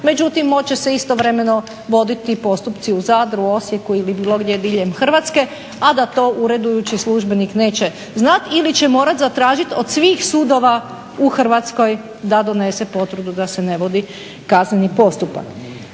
Međutim, moći će se istovremeno voditi postupci u Zadru, Osijeku ili bilo gdje diljem Hrvatske, a da to uredujući službenik neće znati ili će morati zatražiti od svih sudova u Hrvatskoj da donese potvrdu da se ne vodi kazneni postupak.